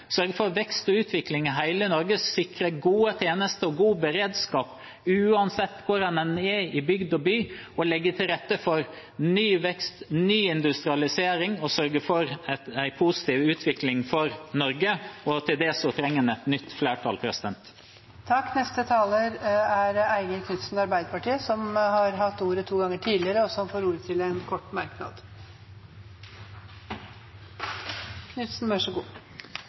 sørge for vekst og utvikling i hele Norge, sikre gode tjenester og god beredskap uansett hvor hen en er, i bygd eller by, og legge til rette for ny vekst, ny industrialisering og sørge for en positiv utvikling for Norge. Til det trenger en et nytt flertall. Representanten Eigil Knutsen har hatt ordet to ganger tidligere og får ordet til en kort merknad, begrenset til 1 minutt. Takk for en god